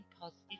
positive